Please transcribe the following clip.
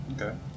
Okay